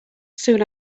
soon